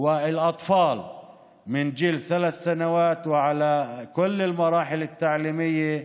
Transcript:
והילדים מגיל שלוש שנים בכל שלבי החינוך: